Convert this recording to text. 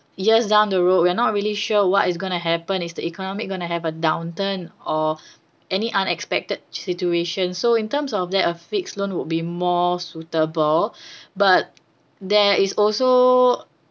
years down the road we're not really sure what is going to happen is the economic going to have a downturn or any unexpected situation so in terms of that a fixed loan would be more suitable but there is also